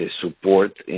support